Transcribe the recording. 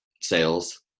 sales